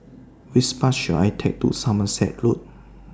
Which Bus should I Take to Somerset Road